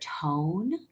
tone